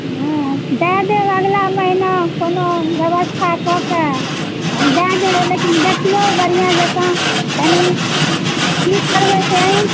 हॅं दय देब अगिला महिना कोनो व्यवस्था कय कऽ हम दय देब लेकिन देखियौ बढ़िऑं जकाँ कनी किछु करबै तऽ अहीं